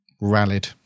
rallied